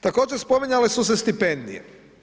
Također spominjale su se stipendije.